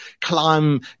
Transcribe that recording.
climb